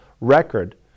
record